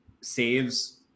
saves